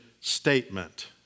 statement